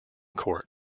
court